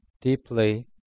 deeply